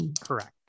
Correct